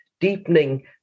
deepening